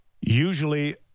Usually